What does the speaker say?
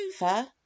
over